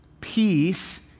peace